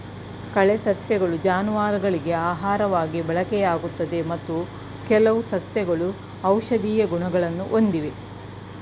ಕಳೆ ಸಸ್ಯಗಳು ಜಾನುವಾರುಗಳಿಗೆ ಆಹಾರವಾಗಿ ಬಳಕೆಯಾಗುತ್ತದೆ ಮತ್ತು ಕೆಲವು ಸಸ್ಯಗಳು ಔಷಧೀಯ ಗುಣಗಳನ್ನು ಹೊಂದಿವೆ